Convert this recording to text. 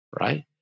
right